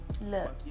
look